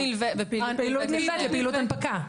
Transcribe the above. פעילות נלווית לפעילות הנפקה.